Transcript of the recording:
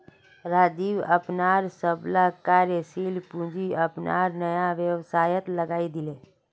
राजीव अपनार सबला कार्यशील पूँजी अपनार नया व्यवसायत लगइ दीले